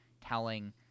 telling